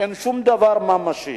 אין שום דבר ממשי.